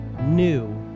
new